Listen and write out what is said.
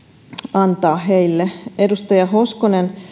antaa heille edustaja hoskonen